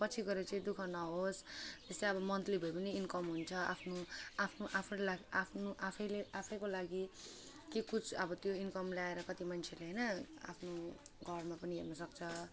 पछि गएर चाहिँ दुखः नहोस् जस्तै अब मन्थली भयो भने इनकम हुन्छ आफ्नो आफ्नो आफ लाक आफ्नो आफैले आफैको लागि के कुछ अब त्यो इनकम ल्याएर कति मान्छेले होइन आफ्नो घरमा पनि हेर्नु सक्छ